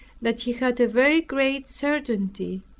that he had a very great certainty,